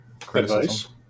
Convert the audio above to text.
criticism